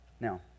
Now